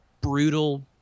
brutal